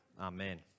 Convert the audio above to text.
Amen